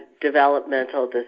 developmental